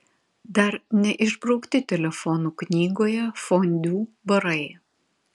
dar neišbraukti telefonų knygoje fondiu barai